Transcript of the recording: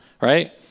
Right